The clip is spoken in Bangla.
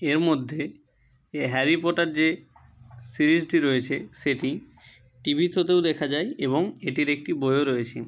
এর মধ্যে এ হ্যারি পটার যে সিরিজটি রয়েছে সেটি টিভি শোতেও দেখা যায় এবং এটির একটি বইও রয়েছে